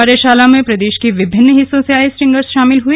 कार्यशाला में प्रदेश के विभिन्न हिस्सों से आये स्ट्रिंगर्स शामिल हुए